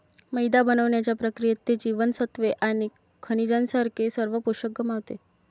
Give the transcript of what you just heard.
मैदा बनवण्याच्या प्रक्रियेत, ते जीवनसत्त्वे आणि खनिजांसारखे सर्व पोषक गमावते